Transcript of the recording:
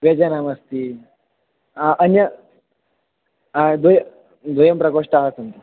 व्यजनमस्ति अन्य द्वय् द्वयं प्रकोष्ठाः सन्ति